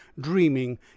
dreaming